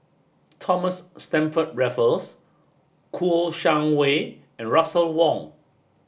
Thomas Stamford Raffles Kouo Shang Wei and Russel Wong